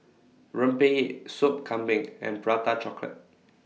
Rempeyek Sop Kambing and Prata Chocolate